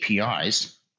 APIs